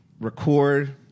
record